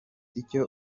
icyo